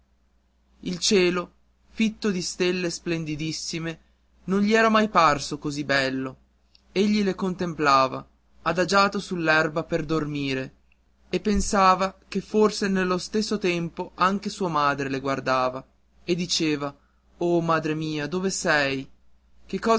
il cielo fitto di stelle splendidissime non gli era mai parso così bello egli le contemplava adagiato sull'erba per dormire e pensava che forse nello stesso tempo anche sua madre le guardava e diceva o madre mia dove sei